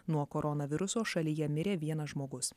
nuo koronaviruso šalyje mirė vienas žmogus